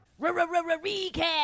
recap